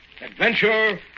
adventure